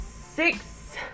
six